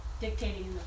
dictating